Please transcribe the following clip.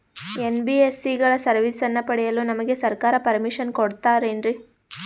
NBSC ಗಳ ಸರ್ವಿಸನ್ನ ಪಡಿಯಲು ನಮಗೆ ಸರ್ಕಾರ ಪರ್ಮಿಷನ್ ಕೊಡ್ತಾತೇನ್ರೀ?